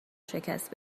شکست